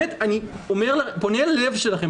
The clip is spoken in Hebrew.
אני פונה אל הלב שלכם,